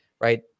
right